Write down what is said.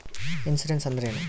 Insurance ಅಂದ್ರೇನು?